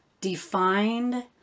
defined